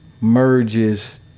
merges